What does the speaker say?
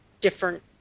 different